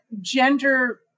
gender